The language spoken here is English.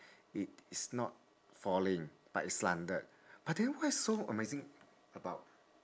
it is not falling but it's slanted but then what's so amazing about